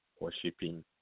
worshiping